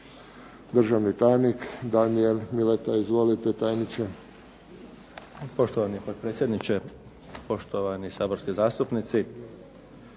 Državni tajnik Danijel Mileta. Izvolite tajniče.